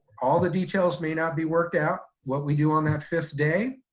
all the details may not be worked out, what we do on that fifth day,